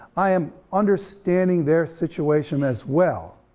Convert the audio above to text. i am understanding their situation, as well.